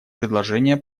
предложения